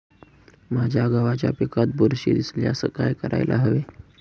माझ्या गव्हाच्या पिकात बुरशी दिसल्यास काय करायला हवे?